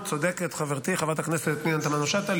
צודקת חברתי חברת הכנסת פנינה תמנו שטה.